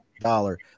dollar